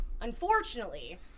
Unfortunately